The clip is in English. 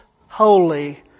holy